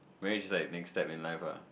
marriage is like big step in life ah